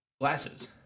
glasses